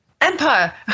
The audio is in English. Empire